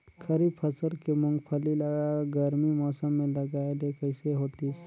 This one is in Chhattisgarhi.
खरीफ फसल के मुंगफली ला गरमी मौसम मे लगाय ले कइसे होतिस?